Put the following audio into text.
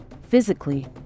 physically